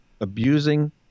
abusing